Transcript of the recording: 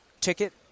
ticket